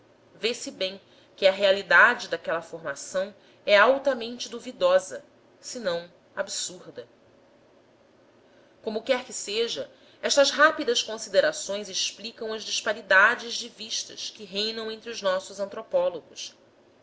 uniforme vê-se bem que a realidade daquela formação é altamente duvidosa senão absurda como quer que seja estas rápidas considerações explicam as disparidades de vistas que reinam entre os nossos antropólogos